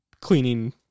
cleaning